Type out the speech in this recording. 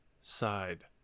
side